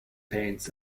panes